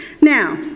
Now